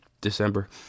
December